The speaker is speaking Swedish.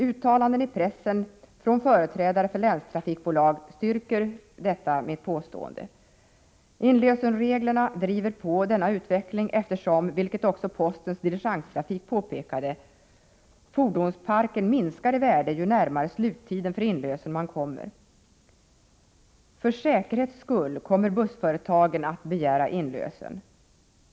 Uttalanden i pressen från företrädare för länstrafikbolag styrker detta mitt påstående. Inlösenreglerna driver på denna utveckling, eftersom — vilket också Postens diligenstrafik påpekade — fordonsparken minskar i värde ju närmare 'sluttiden för inlösen man kommer. ”För säkerhets skull” kommer bussföre tagen att begära inlösen.